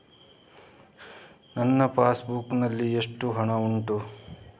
ನನ್ನ pass book ನಲ್ಲಿ ಎಷ್ಟು ಹಣ ಉಂಟು?